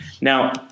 Now